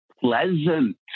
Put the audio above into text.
pleasant